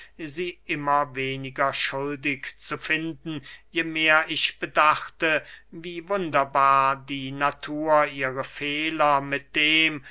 sie immer weniger schuldig zu finden je mehr ich bedachte wie wunderbar die natur ihre fehler mit dem